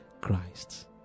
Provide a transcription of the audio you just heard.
Christ